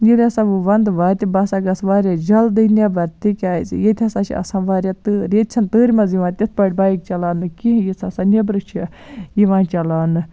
ییٚلہِ ہسا وۄنۍ وَندٕ واتہِ بہٕ ہسا گژھٕ واریاہ جلدی نیبر تِکیازِ ییٚتہِ ہسا چھِ آسان واریاہ تۭر ییٚتہِ چھےٚ نہٕ تۭرِ منٛز یِوان تِتھۍ پٲٹھۍ باٮ۪ک چلاونہٕ کِہینۍ یُس ہسا نیبرٕ چھُ یِوان چلاونہٕ